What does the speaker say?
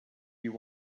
you